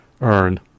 earn